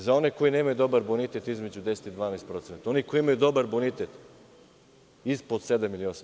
Za one koje nemaju dobar bonitet između 10 i 12%, a one koje imaju dobar bonitet ispod 7 ili 8%